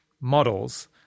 models